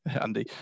Andy